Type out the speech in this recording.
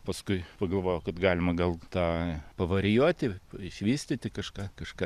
paskui pagalvojau kad galima gal tą pavarijuoti išvystyti kažką kažką